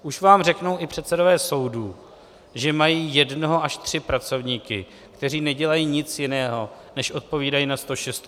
Už vám řeknou i předsedové soudů, že mají jednoho až tři pracovníky, kteří nedělají nic jiného, než odpovídají na stošestku.